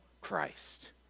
Christ